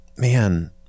man